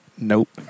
nope